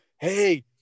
Hey